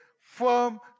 firm